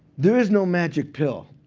there is no magic pill.